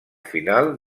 final